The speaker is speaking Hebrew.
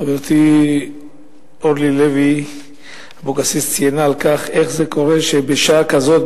חברתי אורלי לוי אבקסיס אמרה איך זה קורה שבשעה כזאת,